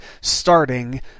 starting